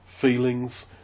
feelings